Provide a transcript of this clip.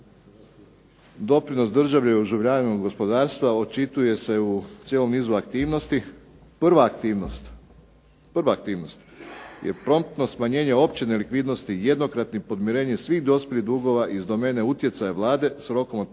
doprinos države i oživljavanju gospodarstva očituje se u cijelom niz aktivnosti. Prva aktivnost je promptno smanjenje opće nelikvidnosti jednokratnim podmirenjem svih dospjelih dugova iz domene utjecaja Vlade s rokom od 1.